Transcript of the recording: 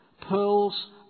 Pearls